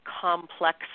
complex